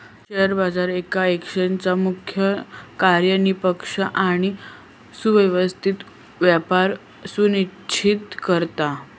share बाजार येका एक्सचेंजचा मुख्य कार्य निष्पक्ष आणि सुव्यवस्थित व्यापार सुनिश्चित करता